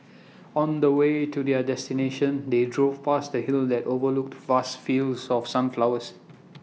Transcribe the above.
on the way to their destination they drove past A hill that overlooked vast fields of sunflowers